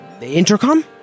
intercom